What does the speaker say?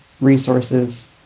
resources